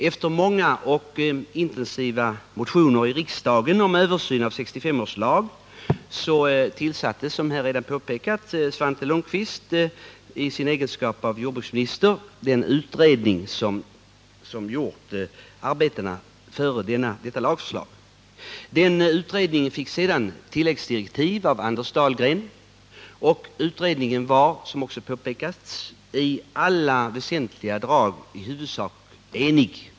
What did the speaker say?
Efter mångårigt intensivt motionerande i riksdagen om översyn av 1965 års lag tillsatte, som redan påpekats, Svante Lundkvist i sin egenskap av jordbruksminister den utredning som utgjort underlag för dagens förslag. Utredningen fick sedan tilläggsdirektiv av Anders Dahlgren. Utredningen var, som också påpekats, i alla väsentliga drag enig.